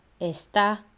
Está